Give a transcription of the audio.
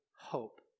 hope